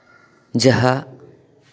ᱡᱟᱦᱟᱸ